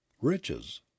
Riches